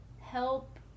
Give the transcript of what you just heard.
help